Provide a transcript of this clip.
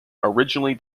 originally